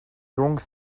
longues